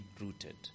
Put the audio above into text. rooted